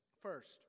First